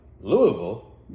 Louisville